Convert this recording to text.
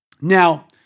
Now